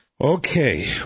Okay